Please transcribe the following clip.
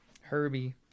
Herbie